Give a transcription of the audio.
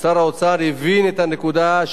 שר האוצר הבין את הנקודה,